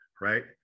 right